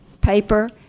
paper